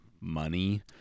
money